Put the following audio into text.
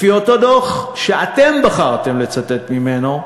לפי אותו דוח, שאתם בחרתם לצטט ממנו,